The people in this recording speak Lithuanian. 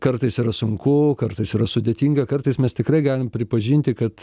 kartais yra sunku kartais yra sudėtinga kartais mes tikrai galim pripažinti kad